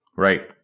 Right